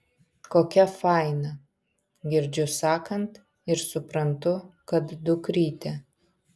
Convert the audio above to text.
kokia faina girdžiu sakant ir suprantu kad dukrytė